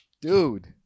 Dude